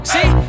See